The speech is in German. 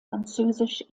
französisch